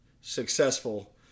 successful